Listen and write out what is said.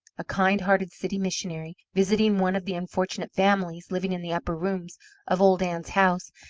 a kind-hearted city missionary, visiting one of the unfortunate families living in the upper rooms of old ann's house,